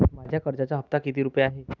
माझ्या कर्जाचा हफ्ता किती रुपये आहे?